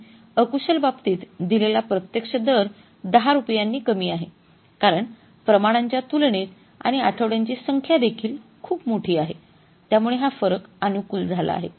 आणि अकुशल बाबतीत दिलेला प्रत्यक्ष दर दहा रुपयांनी कमी आहे कारण प्रमाणांच्या तुलनेत आणि आठवड्यांची संख्या देखील खूप मोठी आहे त्यामुळे हा फरक अनुकूल झाला आहे